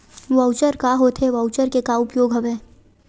Voucher का होथे voucher के का उपयोग हवय?